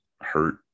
hurt